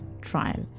trial